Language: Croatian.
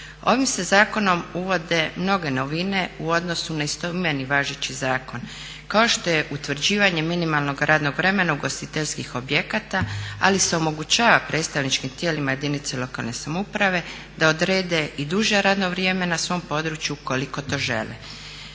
Ovim se zakonom uvode mnoge novine u odnosu na istoimeni važeći zakon kao što je utvrđivanje minimalnog radnog vremena, ugostiteljskih objekata ali se omogućava predstavničkim tijelima jedinica lokalne samouprave da odrede i duže radno vrijeme na svom području ukoliko to žele.